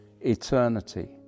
eternity